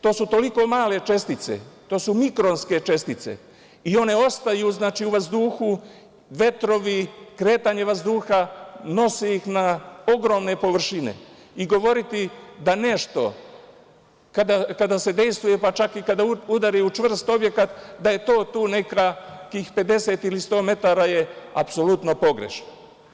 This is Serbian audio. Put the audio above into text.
To su toliko male čestice, to su mikronske čestice i one ostaju u vazduhu, vetrovi, kretanje vazduha nosi ih na ogromne površine i govoriti da nešto kada se dejstvuje, pa čak i kada udari u čvrst objekat, da je to tu, neka tih 50 ili 100 metara, je apsolutno pogrešno.